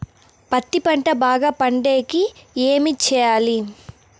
పత్తి పంట బాగా పండే కి ఏమి చెయ్యాలి?